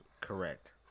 Correct